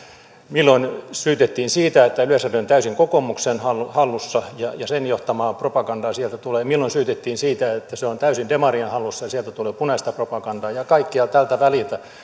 milloin syytettiin siitä että yleisradio on täysin kokoomuksen hallussa hallussa ja sen johtamaa propagandaa sieltä tulee milloin syytettiin siitä että se on täysin demarien hallussa ja sieltä tulee punaista propagandaa ja kaikkea tältä väliltä